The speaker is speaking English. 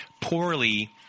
poorly